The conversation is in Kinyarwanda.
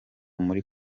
muri